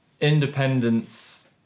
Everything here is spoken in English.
Independence